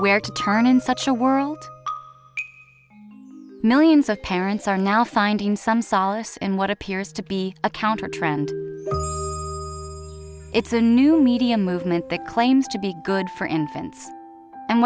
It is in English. to turn in such a world millions of parents are now finding some solace in what appears to be a counter trend it's a new media movement that claims to be good for infants and